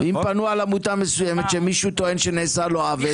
אם פנו בעניין עמותה מסוימת שמישהו טוען שנעשה לה עוול